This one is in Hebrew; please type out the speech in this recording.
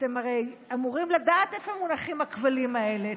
אתם הרי אמורים לדעת איפה מונחים הכבלים האלה,